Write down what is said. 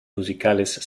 musicales